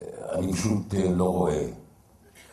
אני פשוט לא רואה